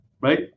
right